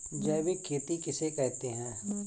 जैविक खेती किसे कहते हैं?